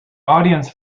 audience